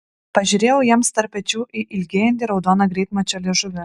pažiūrėjau jiems tarp pečių į ilgėjantį raudoną greitmačio liežuvį